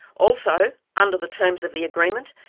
also, under the terms of the agreement,